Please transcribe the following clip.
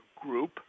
group